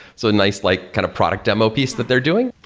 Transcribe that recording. so nice like kind of product demo piece that they're doing.